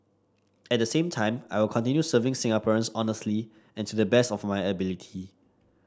at the same time I will continue serving Singaporeans honestly and to the best of my ability